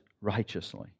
righteously